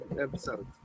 episode